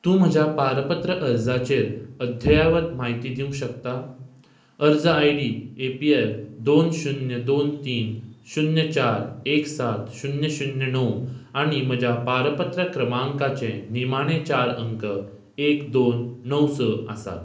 तूं म्हज्या पारपत्र अर्जाचेर अध्यावत म्हायती दिवंक शकता अर्ज I D A P L दोन शुन्य दोन तीन शुन्य चार एक सात शुन्य शुन्य णव आनी म्हज्या पारपत्र क्रमांकाचें निमाणें चार अंक एक दोन णव स आसात